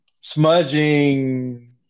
smudging